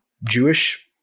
Jewish